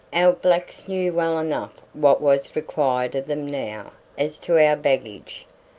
our blacks knew well enough what was required of them now as to our baggage,